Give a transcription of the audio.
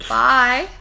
bye